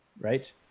Right